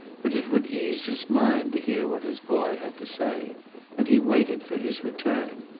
but it would ease his mind to hear what his boy had to say and he waited for his return.